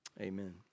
Amen